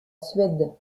suède